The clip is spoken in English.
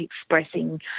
Expressing